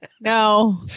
no